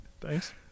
Thanks